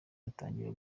batangira